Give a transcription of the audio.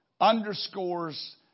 underscores